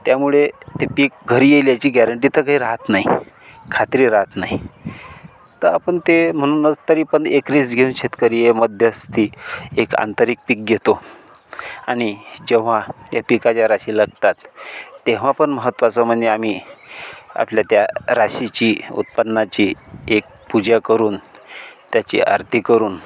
त्यामुळे ते पीक घरी येईल याची गॅरेंटी तर काही राहत नाही खात्री राहत नाही तर आपण ते म्हणूनच तरी पण एक रिस्क घेऊन शेतकरी हे मध्यस्थी एक आंतरिक पीक घेतो आणि जेव्हा या पिकाच्या राशी लागतात तेव्हा पण महत्त्वाचं म्हणजे आम्ही आपल्या त्या राशीची उत्पन्नाची एक पूजा करून त्याची आरती करून